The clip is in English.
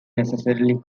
necessarily